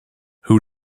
who